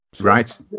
Right